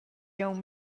aunc